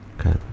Okay